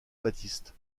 baptiste